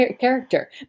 character